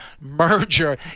merger